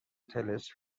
طلسم